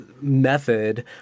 method